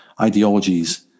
ideologies